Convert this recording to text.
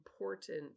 important